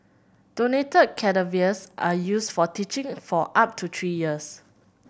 donated cadavers are used for teaching for up to three years